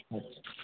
अच्छा